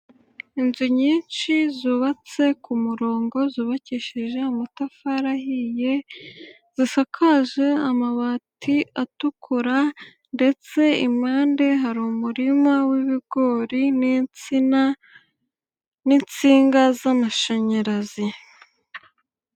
Inzu nyinshi zubatse ku murongo zubakishije amatafari ahiye, zisakaje amabati atukura ndetse impande hari umurima w'ibigori n'insina, n'insinga z'amashanyarazi.